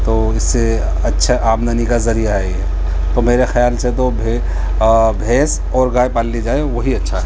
تو اس سے اچھا آمدنی کا ذریعہ ہے یہ تو میرے خیال سے تو بھے بھینس اور گائے پال لی جائے وہی اچھا ہے